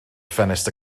ffenest